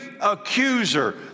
accuser